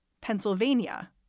Pennsylvania